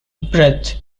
breath